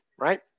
Right